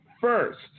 First